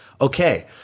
okay